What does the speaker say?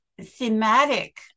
thematic